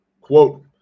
Quote